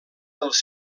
dels